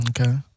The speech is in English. Okay